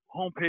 homepage